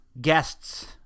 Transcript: guests